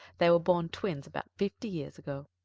they were born twins about fifty years ago.